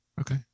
Okay